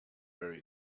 very